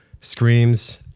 screams